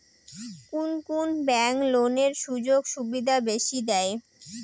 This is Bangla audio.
কুন কুন ব্যাংক লোনের সুযোগ সুবিধা বেশি দেয়?